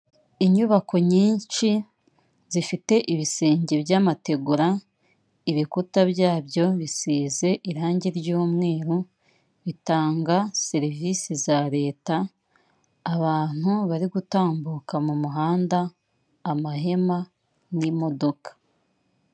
inyubako nyinshi zifite ibisenge by'amategura, ibikuta byabyo bisize irangi ry'umweru, bitanga serivisi za leta, abantu bari gutambuka mu muhanda, amahema n'imodoka.